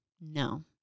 no